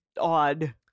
odd